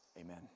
Amen